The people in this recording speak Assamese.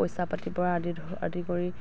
পইচা পাতিৰ পৰা আদি কৰি